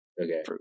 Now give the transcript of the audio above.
Okay